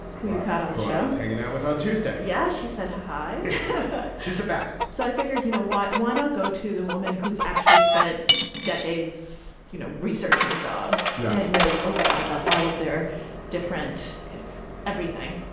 who you've had on the show hanging out with on tuesday. yeah, she said hi. she's the best. so i figured, you know, why? why not go to the woman who's actually spent decades you know researching dogs yeah and knows a lot about all of their different kind of everything?